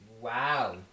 Wow